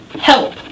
Help